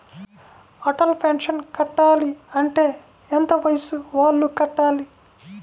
Atal pension కట్టాలి అంటే ఎంత వయసు వాళ్ళు కట్టాలి?